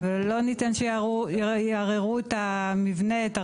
ולא ניתן שיערערו את המבנה את הרפסודות,